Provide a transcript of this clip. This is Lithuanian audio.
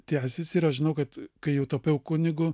tęsiasi ir aš žinau kad kai jau tapau kunigu